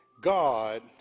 God